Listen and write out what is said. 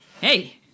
Hey